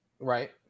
Right